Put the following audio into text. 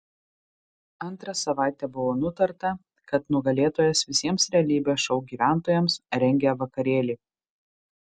antrą savaitę buvo nutarta kad nugalėtojas visiems realybės šou gyventojams rengia vakarėlį